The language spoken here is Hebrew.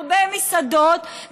הרבה מסעדות,